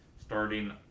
starting